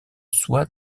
soi